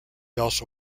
also